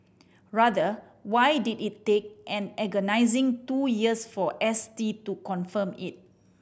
rather why did it take an agonising two years for S T to confirm it